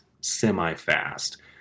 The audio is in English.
semi-fast